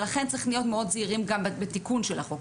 ולכן צריך להיות מאוד זהירים גם בתיקון של החוק,